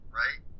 right